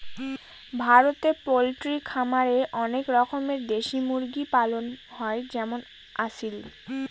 ভারতে পোল্ট্রি খামারে অনেক রকমের দেশি মুরগি পালন হয় যেমন আসিল